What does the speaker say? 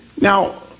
Now